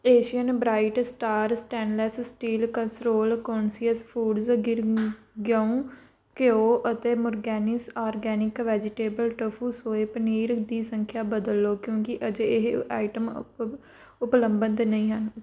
Asian bright star stainless steel casserole conscious foods Gir ਗਊ ਘਿਓ ਅਤੇ ਮੁਰਗੈਨਿਸ organic vegetable tofu soy paneer ਦੀ ਸੰਖਿਆ ਬਦਲ ਲਓ ਕਿਉਂਕਿ ਅਜੇ ਇਹ ਆਈਟਮ ਉਪ ਉਪਲੱਬਧ ਨਹੀਂ ਹਨ